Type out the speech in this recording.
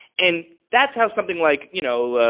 and that's how something like you know,